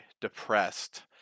depressed